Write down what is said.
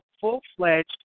full-fledged